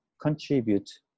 contribute